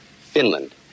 Finland